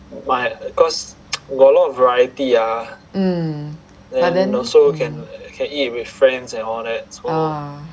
mm but then mm ah